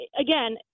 again